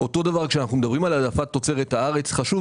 אותו דבר כשאנחנו מדברים על העדפת תוצרת הארץ חשוב